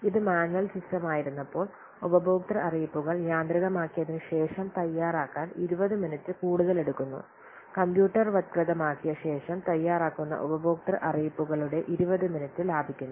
ഇത് മാനുവൽ സിസ്റ്റമായിരുന്നപ്പോൾ ഉപഭോക്തൃ അറിയിപ്പുകൾ യാന്ത്രികമാക്കിയതിനുശേഷം തയ്യാറാക്കാൻ 20 മിനിറ്റ് കൂടുതൽ എടുക്കുന്നു കമ്പ്യൂട്ടർവത്കൃതമാക്കിയ ശേഷം തയ്യാറാക്കുന്ന ഉപഭോക്തൃ അറിയിപ്പുകളുടെ 20 മിനിറ്റ് ലാഭിക്കുന്നു